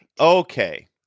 Okay